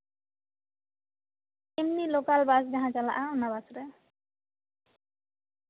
ᱮᱢᱱᱤ local bus ᱚᱡᱟᱦᱟ ᱪᱟᱞᱟᱜᱼᱟ ᱚᱱᱟᱨᱮ